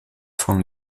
from